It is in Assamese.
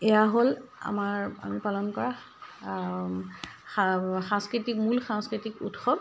এয়া হ'ল আমাৰ আমি পালন কৰা সা সাংস্কৃতিক মূল সাংস্কৃতিক উৎসৱ